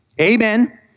Amen